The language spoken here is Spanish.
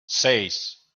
seis